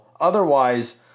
otherwise